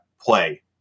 play